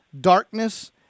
darkness